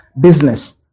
business